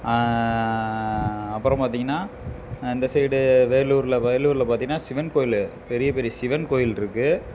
அப்புறம் பார்த்தீங்கன்னா இந்த சைடு வேலூரில் வேலூரில் பார்த்தீங்கன்னா சிவன் கோயில் பெரிய பெரிய சிவன் கோவில் இருக்குது